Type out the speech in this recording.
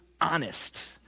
honest